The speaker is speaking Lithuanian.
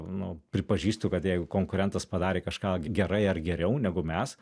nu pripažįstu kad jeigu konkurentas padarė kažką gerai ar geriau negu mes